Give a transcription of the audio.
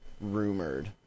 rumored